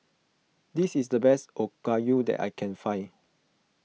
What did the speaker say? this is the best Okayu that I can find